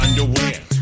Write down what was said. underwear